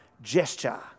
gesture